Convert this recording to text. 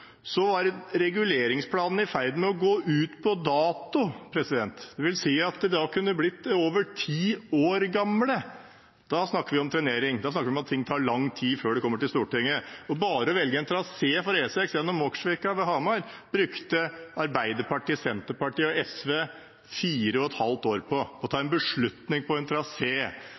var reguleringsplanene i ferd med å gå ut på dato. Det vil si at de kunne blitt over ti år gamle. Da snakker vi om trenering. Da snakker vi om at ting tar lang tid før de kommer til Stortinget. Bare å velge en trasé for E6 gjennom Åkersvika ved Hamar brukte Arbeiderpartiet, Senterpartiet og SV fire og et halvt år på – å ta en beslutning om en